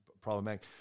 problematic